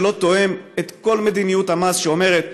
זה לא תואם את כל מדיניות המס, שאומרת: